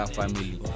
family